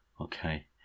Okay